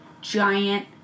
giant